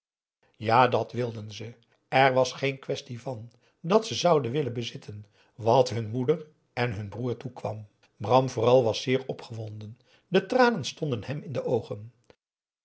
ja dat wilden ze er was geen quaestie van dat ze zouden willen bezitten wat hun moeder en hun broer toekwam bram vooral was zeer opgewonden de tranen stonden hem in de oogen